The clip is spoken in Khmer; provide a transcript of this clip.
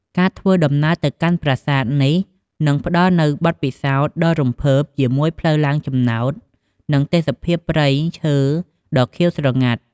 ការធ្វើដំណើរទៅកាន់ប្រាសាទនេះ នឹងផ្ដល់នូវបទពិសោធន៍ដ៏រំភើបជាមួយផ្លូវឡើងចំណោត និងទេសភាពព្រៃឈើដ៏ខៀវស្រងាត់។